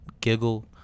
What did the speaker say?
giggle